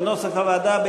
כנוסח הוועדה,